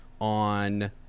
on